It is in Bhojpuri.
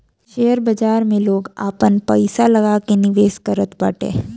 शेयर बाजार में लोग आपन पईसा लगा के निवेश करत बाटे